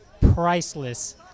priceless